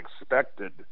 expected